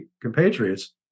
compatriots